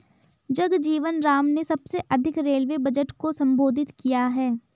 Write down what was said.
जगजीवन राम ने सबसे अधिक रेलवे बजट को संबोधित किया है